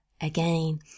again